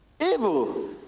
evil